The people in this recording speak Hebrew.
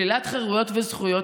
שלילת חירויות וזכויות,